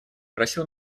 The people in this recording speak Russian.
просил